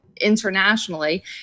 internationally